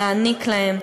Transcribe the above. להעניק להם.